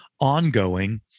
ongoing